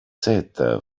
set